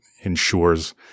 ensures